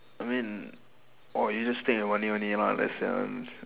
I mean orh you just stay in one year only lah less than